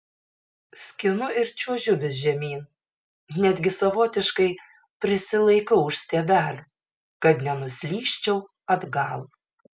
skinu ir čiuožiu vis žemyn netgi savotiškai prisilaikau už stiebelių kad nenuslysčiau atgal